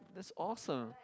that's awesome